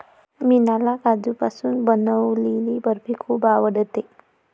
मीनाला काजूपासून बनवलेली बर्फी खूप आवडते